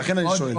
לכן אני שואל.